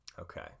Okay